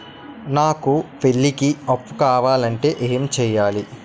నాకు పెళ్లికి అప్పు కావాలంటే ఏం చేయాలి?